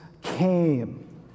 came